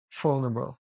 vulnerable